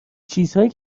چیزهایی